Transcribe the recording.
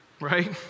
Right